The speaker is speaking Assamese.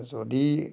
যদি